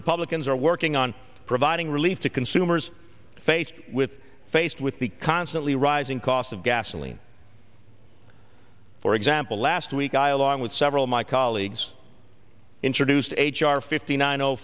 republicans are working on providing relief to consumers faced with faced with the constantly rising cost of gasoline for example last week i along with several of my colleagues introduced h r fifty nine o